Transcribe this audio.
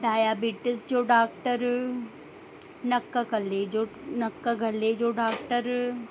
diabetes जो doctor नक गले जो नक गले जो डॉक्टर